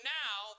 now